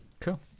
Cool